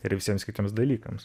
ir visiems kitiems dalykams